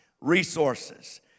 resources